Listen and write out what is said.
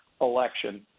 election